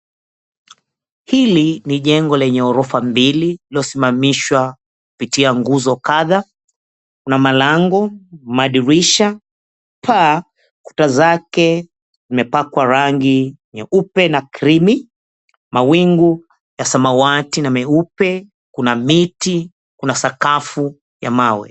Hili ni jengo lenye orofa mbili lililosinamishwa kupitia nguzo kadha. Kuna malango, madirisha, paa. Kuta zake zimepakwa rangi nyeupe na krimi. Mawingu ya samawati na meupe. Kuna miti, kuna sakafu ya mawe.